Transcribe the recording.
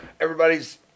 everybody's